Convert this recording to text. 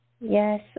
Yes